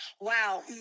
Wow